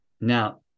Now